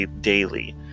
daily